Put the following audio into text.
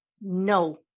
no